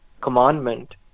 commandment